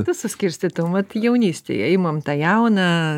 tu suskirstytum vat jaunystėj imam tą jauną